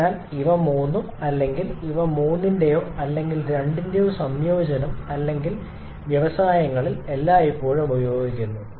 അതിനാൽ ഇവ മൂന്നും അല്ലെങ്കിൽ ഇവ മൂന്നിന്റെയോ അല്ലെങ്കിൽ രണ്ടിന്റെയോ സംയോജനം അല്ലെങ്കിൽ വ്യവസായങ്ങളിൽ പലപ്പോഴും ഉപയോഗിക്കുന്നു